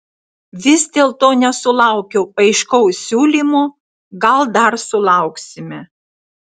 vis dėlto nesulaukiau aiškaus siūlymo gal dar sulauksime